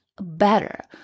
better